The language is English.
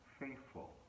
faithful